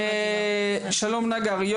שלום נגר,